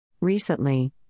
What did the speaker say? Recently